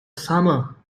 summer